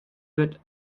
wird